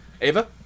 Ava